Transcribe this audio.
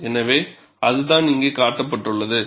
எனவே அதுதான் இங்கே காட்டப்பட்டுள்ளது